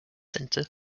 center